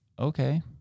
okay